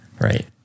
right